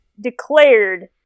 declared